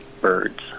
birds